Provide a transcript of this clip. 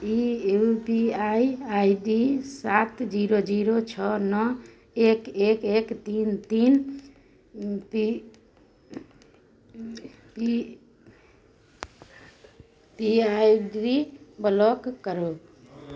E U P I I D सात zero zero छओ नओ एक एक एक तीन तीन तीन P P P I D block करू